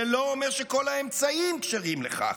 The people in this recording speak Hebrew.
זה לא אומר שכל האמצעים כשרים לכך,